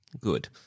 Good